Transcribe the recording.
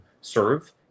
serve